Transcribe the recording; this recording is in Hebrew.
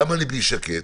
למה ליבי שקט?